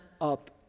up